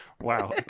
Wow